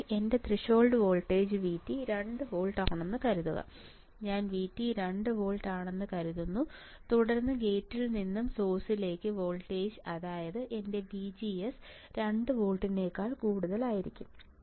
അതിനാൽ എന്റെ threshold voltage VT2 volt ആണെന്ന് കരുതുക ഞാൻ VT2 വോൾട്ട് ആണെന്ന് കരുതുന്നു തുടർന്ന് ഗേറ്റിൽ നിന്നും സോഴ്സ് ലേക്കുള്ള വോൾട്ടേജ് അതായത് എന്റെ VGS 2 വോൾട്ടിനേക്കാൾ കൂടുതലായിരിക്കണം